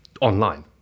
online